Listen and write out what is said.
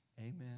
Amen